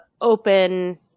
open